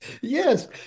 Yes